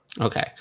Okay